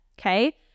Okay